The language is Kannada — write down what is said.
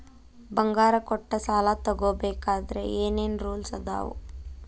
ಬಂಗಾರ ಕೊಟ್ಟ ಸಾಲ ತಗೋಬೇಕಾದ್ರೆ ಏನ್ ಏನ್ ರೂಲ್ಸ್ ಅದಾವು?